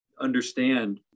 understand